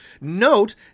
Note